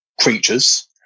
creatures